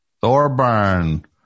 Thorburn